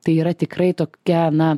tai yra tikrai tokia na